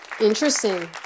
Interesting